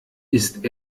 ist